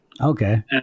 Okay